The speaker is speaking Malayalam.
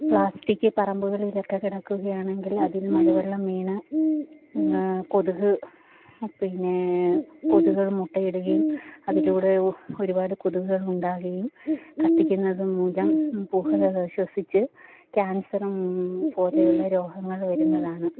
പ്ലാസ്റ്റിക് പറമ്പുകളിലൊക്കെ കിടക്കുകയാണെങ്കിൽ അതിൽ മഴവെള്ളം വീണ് കൊതുക് പിന്നേ കൊതുകുകൾ മുട്ടയിടുകയും അതിലൂടെ ഒരുപാട് കൊതുകുകൾ ഉണ്ടാകുകയും കത്തിക്കുന്നതു മൂലം പുക ശ്വസിച്ച് ക്യാൻസറും പോലെയുള്ള രോഗങ്ങൾ വരുന്നതാണ്